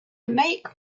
make